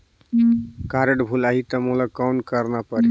Card भुलाही ता मोला कौन करना परही?